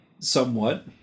Somewhat